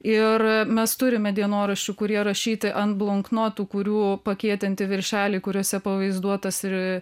ir mes turime dienoraščių kurie rašyti ant bloknotų kurių pakietinti viršeliai kuriuose pavaizduotas ir